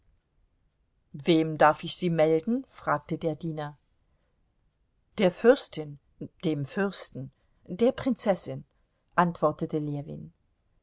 wem darf ich sie melden fragte der diener der fürstin dem fürsten der prinzessin antwortete ljewin